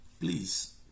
Please